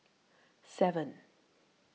seven